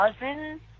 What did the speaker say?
cousins